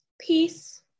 peace